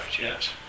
yes